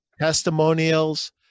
testimonials